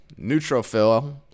neutrophil